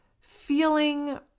feeling